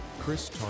Chris